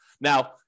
Now